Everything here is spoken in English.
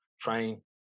train